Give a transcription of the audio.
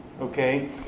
okay